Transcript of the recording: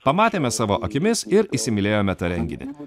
pamatėme savo akimis ir įsimylėjome tą renginį